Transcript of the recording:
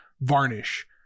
varnish